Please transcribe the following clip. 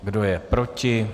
Kdo je proti?